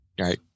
right